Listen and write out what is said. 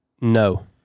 No